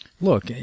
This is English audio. Look